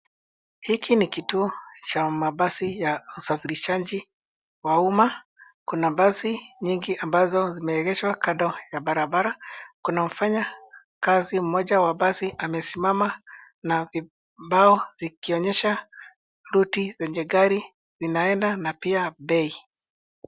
Hiki ni kituo cha mabasi ya usafirishaji wa umma. Kuna basi nyingi ambazo zimeegeshwa kando ya barabara. Kuna mfanyakazi mmoja wa basi amesimama na vibao zikionyesha route zenye gari zinaenda na pia bei.